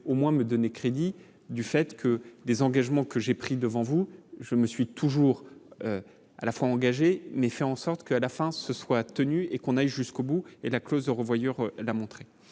au moins me donner crédit du fait que des engagements que j'ai pris devant vous, je me suis toujours à la fois engagé mais faire en sorte que la France se soit tenue et qu'on aille jusqu'au bout et la clause de revoyure la montrer